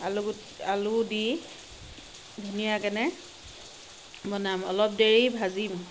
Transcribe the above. আলুু আলু দি ধুনীয়াকেনে বনাম অলপ দেৰি ভাজিম